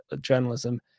journalism